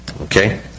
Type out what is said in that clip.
Okay